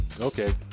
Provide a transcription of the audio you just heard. Okay